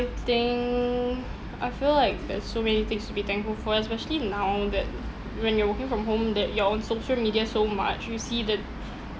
think I feel like there's so many things to be thankful for especially now that when you're working from home that you are on social media so much you see the